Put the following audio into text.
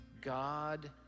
God